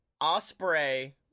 Osprey